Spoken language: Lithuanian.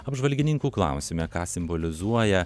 apžvalgininkų klausime ką simbolizuoja